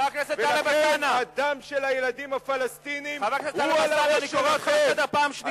ולכן הדם של הילדים הפלסטינים הוא על הראש שלכם.